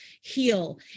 heal